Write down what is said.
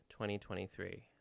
2023